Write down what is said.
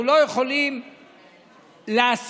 אנחנו לא יכולים לעשות